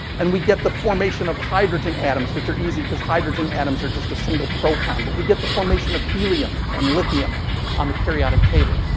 and we get the formation of hydrogen atoms, which are easy, because hydrogen atoms are just a single proton. but we get the formation of helium and lithium on the periodic table.